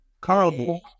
Carl